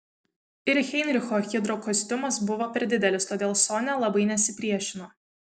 ir heinricho hidrokostiumas buvo per didelis todėl sonia labai nesipriešino